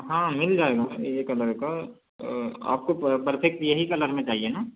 हाँ मिल जाएगा यह कलर का आपको परफेक्ट यही कलर में चाहिए न